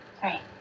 Sorry